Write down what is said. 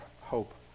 hope